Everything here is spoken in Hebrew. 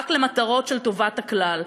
רק למטרות של טובת הכלל.